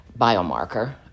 biomarker